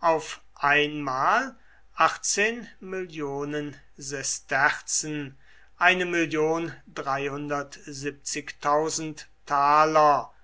auf einmal mill sesterzen